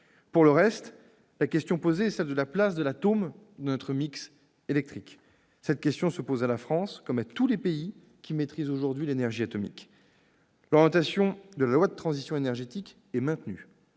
Pour le reste, la question posée est celle de la place de l'atome dans notre mix électrique. Cette question se pose à la France comme à tous les pays qui maîtrisent aujourd'hui l'énergie atomique. L'orientation de la loi de transition énergétique est maintenue